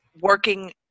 working